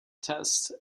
test